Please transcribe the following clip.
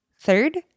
Third